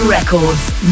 Records